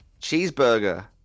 Cheeseburger